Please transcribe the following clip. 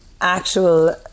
actual